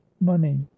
money